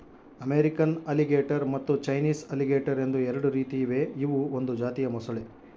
American alligator ಮತ್ತು Chinese alligator ಎಂದು ಎರಡು ರೀತಿ ಇವೆ ಇವು ಒಂದು ಜಾತಿಯ ಮೊಸಳೆ